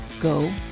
go